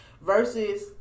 Versus